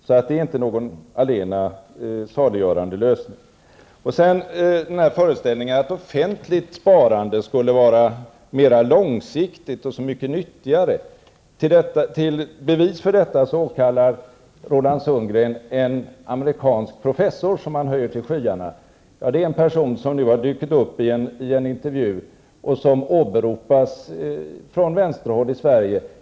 Det är alltså inte den allena saliggörande lösningen. Till bevis för föreställningen att offentligt sparande skulle vara mer långsiktigt och så mycket nyttigare åkallar Roland Sundgren en amerikansk professor som han höjer till skyarna. Det är en person som har dykt upp i en intervju och som åberopas från vänsterhåll i Sverige.